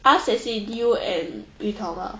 us as in you and yu tong ah